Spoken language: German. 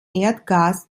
erdgas